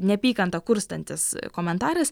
neapykantą kurstantis komentaras